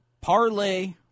parlay